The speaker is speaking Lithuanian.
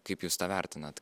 kaip jūs tą vertinat